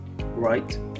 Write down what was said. right